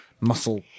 muscle